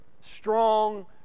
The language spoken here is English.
strong